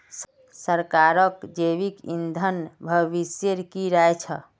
सरकारक जैविक ईंधन भविष्येर की राय छ